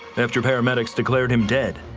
after paramedics declared him dead,